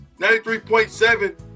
93.7